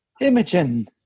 Imogen